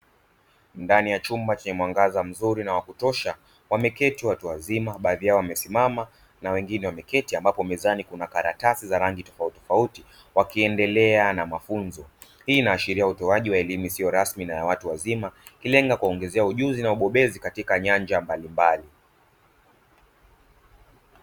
Ndani ya chumba chenye mwangaza mzuri na wa kutosha, wameketi watu wazima, baadhi yao wamesimama na wengine wameketi, ambapo mezani kuna karatasi za rangi tofauti tofauti wakiendelea na mafunzo. Hii inaashiria utoaji wa elimu isiyo rasmi na ya watu wazima, ikilenga kuwaongezea ujuzi na ubobezi katika nyanja mbalimbali.